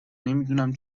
نمیدونم